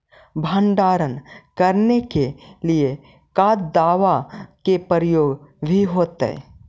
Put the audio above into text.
भंडारन करने के लिय क्या दाबा के प्रयोग भी होयतय?